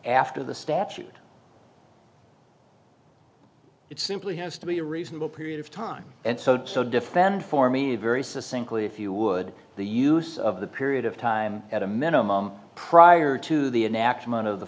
after the statute it simply has to be a reasonable period of time and so to so defend for me very succinctly if you would the use of the period of time at a minimum prior to the enactment of the